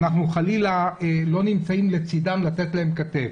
אנחנו חלילה לא נמצאים לצדם לתת להם כתף.